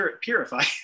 purify